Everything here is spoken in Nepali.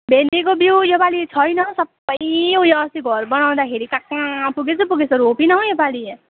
भेन्डीको बिउ यो पालि छैन सबै उयो अस्ति घर बनाउँदाखेरि कहाँ कहाँ पुगेछ पुगेछ रोपिन हौ यो पालि